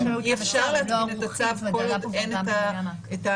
אי אפשר להתקין את הצו כל עוד אין את המנגנון,